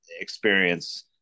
experience